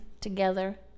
together